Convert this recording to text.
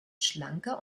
schlanker